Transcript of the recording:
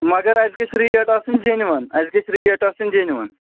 مگر اَسہِ گژھِ ریٹ آسٕنۍ جیٚنوَن اَسہِ گژھِ ریٹ آسٕنۍ جیٚنوَن